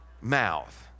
mouth